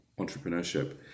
entrepreneurship